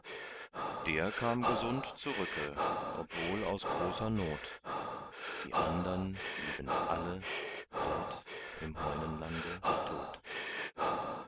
der kam gesund zurücke obwohl aus großer not die andern blieben alle dort im heunenlande tot